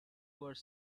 were